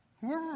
Whoever